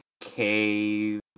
cave